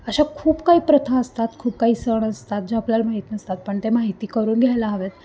अशा खूप काही प्रथा असतात खूप काही सण असतात जे आपल्याला माहीत नसतात पण ते माहिती करून घ्यायला हवेत